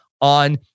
on